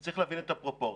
צריך להבין את הפרופורציה.